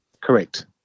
Correct